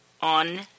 on